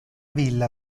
villa